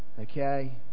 Okay